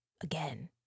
again